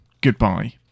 goodbye